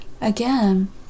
again